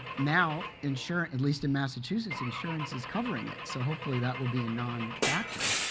now insurance at least in massachusetts, insurance is covering it. so hopefully that will be a non factor.